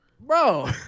Bro